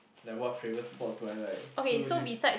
like what favourite sports do I like so do you